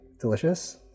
delicious